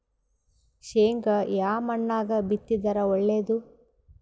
ಶೇಂಗಾ ಯಾ ಮಣ್ಣಾಗ ಬಿತ್ತಿದರ ಒಳ್ಳೇದು?